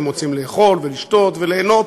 הם רוצים לאכול ולשתות וליהנות.